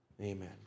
Amen